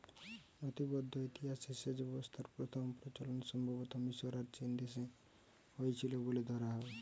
নথিবদ্ধ ইতিহাসে সেচ ব্যবস্থার প্রথম প্রচলন সম্ভবতঃ মিশর আর চীনদেশে হইছিল বলে ধরা হয়